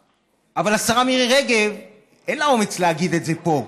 אבל השרה מירי רגב, אין לה אומץ להגיד את זה פה,